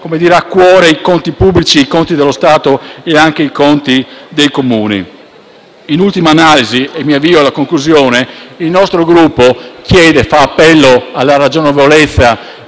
chi ha a cuore i conti pubblici, i conti dello Stato e anche i conti dei Comuni. In ultima analisi, e mi avvio alla conclusione, il nostro Gruppo fa appello alla ragionevolezza